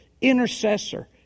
intercessor